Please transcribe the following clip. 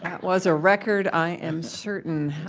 that was a record i am certain